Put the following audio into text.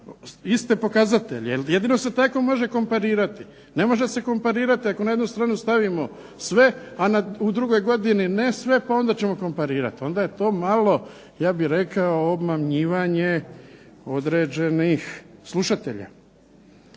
iste pokazatelje. Jer jedino se tako može komparirati. Ne može se komparirati ako na jednu stranu stavimo sve, a u drugoj godini ne sve, pa onda ćemo komparirati, onda je to malo ja bih rekao obmanjivanje određenih slušatelja.